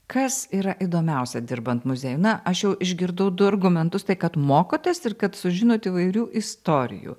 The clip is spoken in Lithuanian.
kas yra įdomiausia dirbant muziejuj na aš jau išgirdau du argumentus tai kad mokotės ir kad sužinot įvairių istorijų